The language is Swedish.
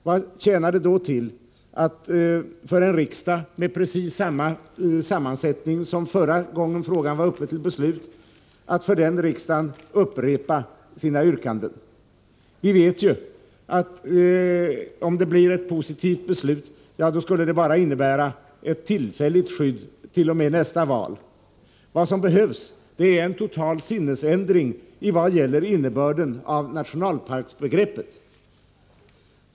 Vad tjänar det då till att för en riksdag med precis samma sammansättning som förra gången frågan var uppe till beslut upprepa sina yrkanden? Vi vet ju att ett positivt beslut bara skulle innebära ett tillfälligt skyddt.o.m. nästa val. Vad som behövs är en total sinnesändring i vad gäller innebörden av nationalparksbegreppet.